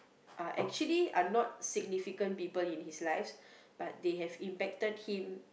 are actually are not significant people in his lives but they have impacted him